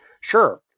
Sure